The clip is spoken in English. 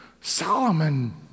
Solomon